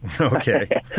Okay